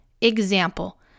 Example